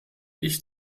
ich